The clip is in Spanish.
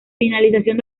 finalización